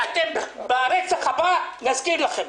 ברצח הבא נזכיר לכם.